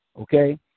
Okay